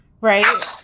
right